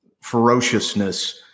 ferociousness